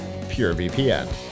purevpn